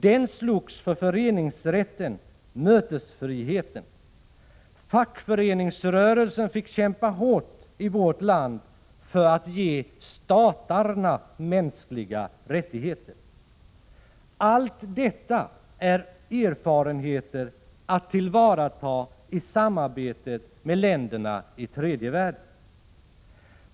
Den slogs för föreningsrätt och mötesfrihet. Fackföreningsrörelsen fick kämpa hårt i vårt land för att ge statarna mänskliga rättigheter. Allt detta är erfarenheter att tillvarata i samarbetet med länderna i tredje världen.